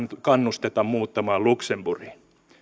kannusteta muuttamaan luxemburgiin